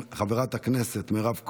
חברת הכנסת מירב כהן,